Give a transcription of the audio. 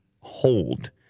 hold